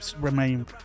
remain